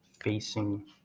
facing